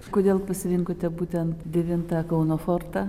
kodėl pasirinkote būtent devintą kauno fortą